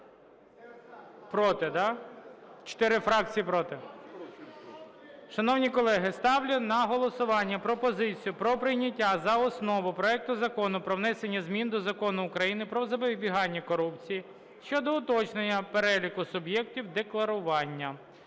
Проти, да? Чотири фракції проти. Шановні колеги, ставлю на голосування пропозицію про прийняття за основу проекту Закону про внесення змін до Закону України "Про запобігання корупції" щодо уточнення переліку суб'єктів декларування